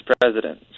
president